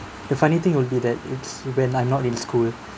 the funny thing would be that it's when I'm not in school